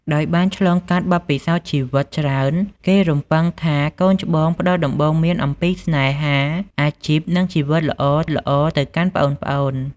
ដោយបានឆ្លងកាត់បទពិសោធន៍ជីវិតច្រើន គេរំពឹងថា កូនច្បងផ្តល់ដំបូន្មានអំពីស្នេហា អាជីព និងជីវិតល្អៗទៅកាន់ប្អូនៗ។